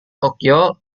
tokyo